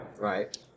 right